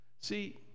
See